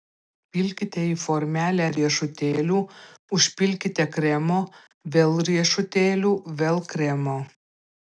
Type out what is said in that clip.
pilkite į formelę riešutėlių užpilkite kremo vėl riešutėlių vėl kremo